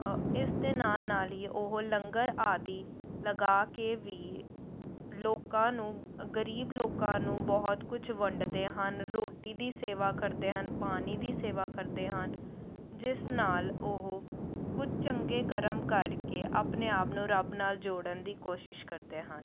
ਇਸ ਦੇ ਨਾਲ ਨਾਲ ਹੀ ਉਹ ਲੰਗਰ ਆਦਿ ਲਗਾ ਕੇ ਵੀ ਲੋਕਾਂ ਨੂੰ ਗਰੀਬ ਲੋਕਾਂ ਨੂੰ ਬਹੁਤ ਕੁਛ ਵੰਡਦੇ ਹਨ ਰੋਟੀ ਦੀ ਸੇਵਾ ਕਰਦੇ ਹਨ ਪਾਣੀ ਦੀ ਸੇਵਾ ਕਰਦੇ ਹਨ ਜਿਸ ਨਾਲ ਉਹ ਕੁਝ ਚੰਗੇ ਕਰਮ ਕਰਕੇ ਆਪਣੇ ਆਪ ਨੂੰ ਰੱਬ ਨਾਲ ਜੋੜਨ ਦੀ ਕੋਸ਼ਿਸ਼ ਕਰਦੇ ਹਨ